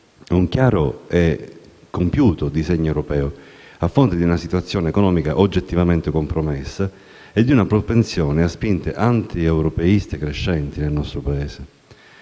un chiaro e serio disegno europeo, a fronte di una situazione economica oggettivamente compromessa e di una propensione a spinte antieuropeiste crescente nel Paese.